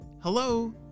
Hello